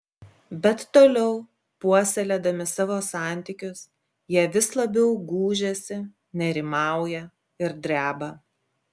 bet toliau puoselėdami savo santykius jie vis labiau gūžiasi nerimauja ir dreba